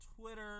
Twitter